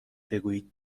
بگویید